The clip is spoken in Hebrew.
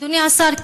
אדוני השר,